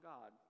God